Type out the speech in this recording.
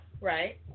right